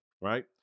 right